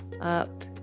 up